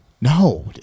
No